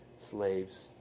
slaves